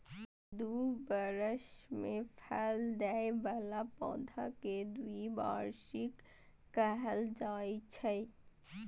दू बरस मे फल दै बला पौधा कें द्विवार्षिक कहल जाइ छै